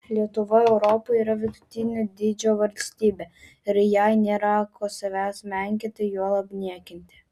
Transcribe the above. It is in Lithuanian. lietuva europoje yra vidutinio dydžio valstybė ir jai nėra ko savęs menkinti juolab niekinti